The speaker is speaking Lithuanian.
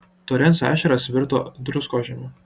torenso ežeras virto druskožemiu